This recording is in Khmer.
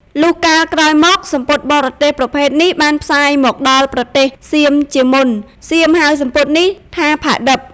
លុះកាលក្រោយមក សំពត់បរទេសប្រភេទនេះ បានផ្សាយមកដល់ប្រទេសសៀមជាមុន សៀមហៅសំពត់នេះថា ផាឌិប។